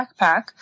backpack